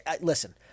Listen